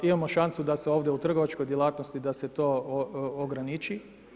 Imamo šansu da se ovdje u trgovačkoj djelatnosti da se to ograniči.